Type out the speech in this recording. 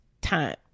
time